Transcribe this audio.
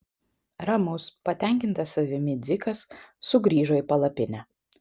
ramus patenkintas savimi dzikas sugrįžo į palapinę